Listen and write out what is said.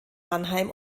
mannheim